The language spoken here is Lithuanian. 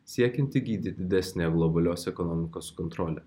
siekiant įgyti didesnę globalios ekonomikos kontrolę